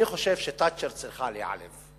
אני חושב שתאצ'ר צריכה להיעלב.